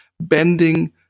bending